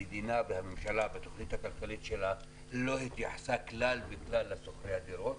המדינה והממשלה בתוכנית הכלכלית שלה לא התייחסה כלל וכלל לשוכרי הדירות.